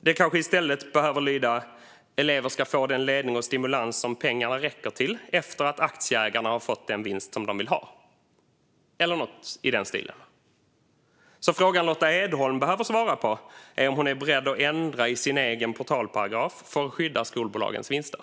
Den kanske i stället behöver lyda "elever ska få den ledning och stimulans som pengarna räcker till efter att aktieägarna har fått den vinst de vill ha", eller något i den stilen. Frågan Lotta Edholm behöver svara på är alltså om hon är beredd att ändra i sin egen portalparagraf för att skydda skolbolagens vinster.